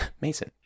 mason